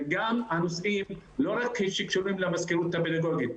הנושאים שלא רק קשורים למזכירות הפדגוגית,